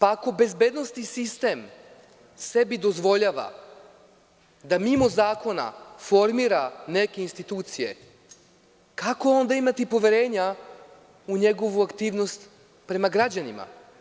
Ako bezbednosni sistem sebi dozvoljava da mimo zakona formira neke institucije, kako onda imati poverenja u njegovu aktivnost prema građanima?